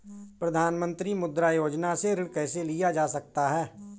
प्रधानमंत्री मुद्रा योजना से ऋण कैसे लिया जा सकता है?